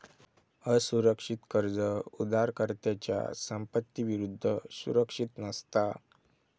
असुरक्षित कर्ज उधारकर्त्याच्या संपत्ती विरुद्ध सुरक्षित नसता